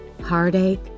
heartache